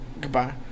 Goodbye